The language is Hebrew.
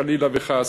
חלילה וחס,